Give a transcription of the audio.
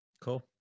Cool